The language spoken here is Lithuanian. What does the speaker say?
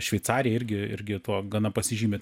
šveicarija irgi irgi tuo gana pasižymi